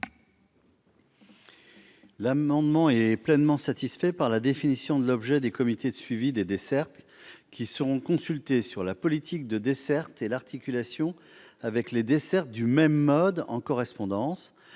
amendement est pleinement satisfait par la définition de l'objet des comités de suivi des dessertes, qui seront consultés sur la politique de dessertes et l'articulation avec les dessertes du même mode en correspondance